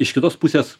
iš kitos pusės